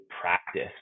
practice